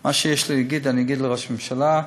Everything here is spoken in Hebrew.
מה שיש לי להגיד אני אגיד לראש הממשלה.